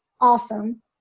awesome